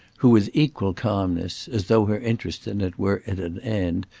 who, with equal calmness, as though her interest in it were at an end,